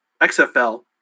XFL